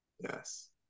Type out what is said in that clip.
Yes